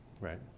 right